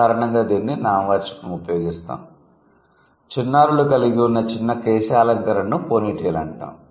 సాధారణంగా దీనిని నామవాచకంగా ఉపయోగిస్తాము చిన్నారులు కలిగి ఉన్న చిన్న కేశాలంకరణను 'పోనీటెయిల్' అంటాం